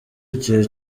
igihe